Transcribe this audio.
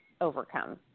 overcome